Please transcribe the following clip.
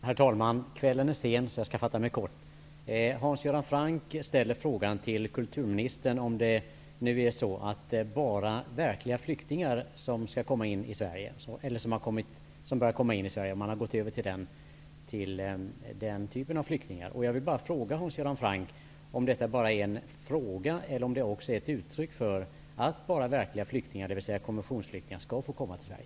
Herr talman! Kvällen är sen, så jag skall fatta mig kort. Hans Göran Franck ställer frågan till kulturministern om man har gått över till att släppa in enbart typen ''verkliga'' flyktingar. Är det en fråga, Hans Göran Franck? Eller är det ett uttryck för att endast verkliga flyktingar, dvs. konventionsflyktingar, skall få komma till Sve rige?